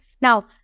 Now